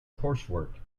coursework